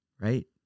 right